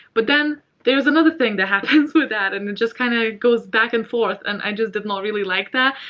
but then there's another thing that happens with that, and it just kind of goes back and forth and i just did not really like that.